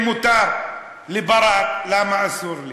אם מותר לברק, למה אסור לי?